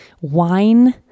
Wine